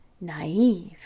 Naive